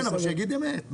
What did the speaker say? כן, אבל שיגיד אמת.